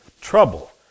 trouble